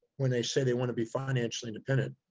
when they say they want to be financially independent,